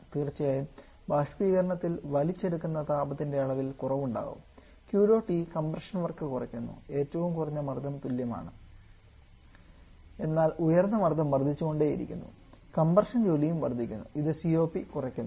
തീർച്ചയായും ബാഷ്പീകരണത്തിൽ വലിച്ചെടുക്കുന്ന താപത്തിന്റെ അളവിൽ കുറവുണ്ടാകും QdotE കംപ്രഷൻ വർക്ക് കുറയ്ക്കുന്നു ഏറ്റവും കുറഞ്ഞ മർദ്ദം തുല്യമാണ് എന്നാൽ ഉയർന്ന മർദ്ദം വർദ്ധിച്ചുകൊണ്ടിരിക്കുന്നു കംപ്രഷൻ ജോലിയും വർദ്ധിക്കുന്നു ഇത് COP കുറയ്ക്കുന്നു